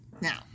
Now